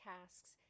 tasks